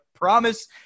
Promise